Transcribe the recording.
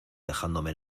dejándome